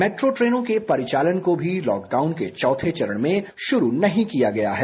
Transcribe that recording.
metro ट्रेनों के परिचालन को भी लॉकडाउन के चौथे चरण में शुरू नहीं किया गया है